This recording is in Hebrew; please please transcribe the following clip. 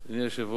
אדוני היושב ראש,